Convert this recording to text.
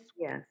Yes